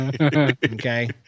Okay